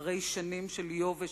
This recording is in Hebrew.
אחרי שנים של יובש